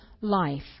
life